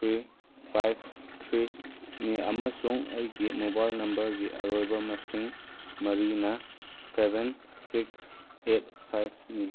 three five three ꯅꯤ ꯑꯃꯁꯨꯡ ꯑꯩꯒꯤ ꯃꯣꯕꯥꯏꯜ ꯅꯝꯕꯔꯒꯤ ꯑꯔꯣꯏꯕ ꯃꯁꯤꯡ ꯃꯔꯤꯅ ꯁꯕꯦꯟ ꯁꯤꯛꯁ ꯑꯩꯠ ꯐꯥꯏꯚ ꯅꯤ